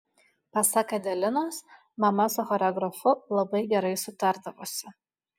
pasak adelinos mama su choreografu labai gerai sutardavusi